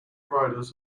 riders